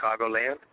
Chicagoland